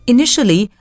Initially